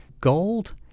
GOLD